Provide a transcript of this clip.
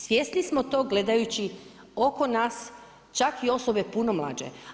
Svjesni smo to gledajući oko nas čak i osobe puno mlađe.